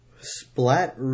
Splat